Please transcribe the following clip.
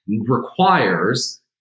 requires